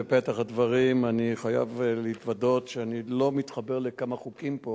בפתח הדברים אני חייב להתוודות שאני לא מתחבר לכמה חוקים פה